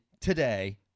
today